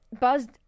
buzzed